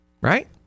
right